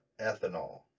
ethanol